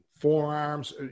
forearms